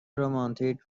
رمانتیک